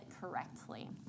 correctly